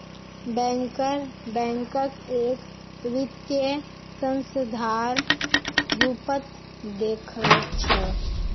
banker बैंकक एक वित्तीय संस्थार रूपत देखअ छ